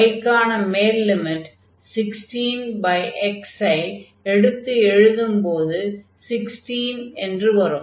y க்கான மேல் limit 16x ஐ எடுத்து எழுதும்போது 16 என்று வரும்